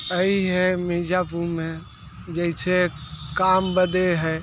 आई है मिर्ज़ापुर में जैसे काम बड़े है